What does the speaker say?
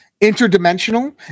interdimensional